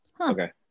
Okay